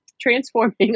transforming